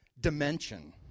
dimension